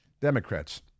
Democrats